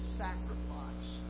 sacrifice